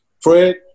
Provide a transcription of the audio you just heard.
Fred